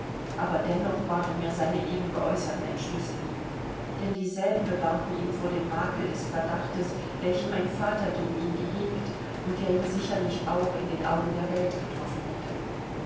aber dennoch waren mir seine eben geäußerten entschlüsse lieb denn dieselben bewahrten ihn vor dem makel des verdachtes welchen mein vater gegen ihn gehegt und der ihn sicherlich auch in den augen der welt getroffen hätte